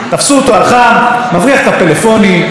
לא היה ספק בכלל לגבי ביצוע העבירה.